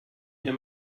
ihr